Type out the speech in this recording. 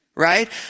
Right